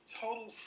total